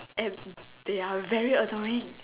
and they are very annoying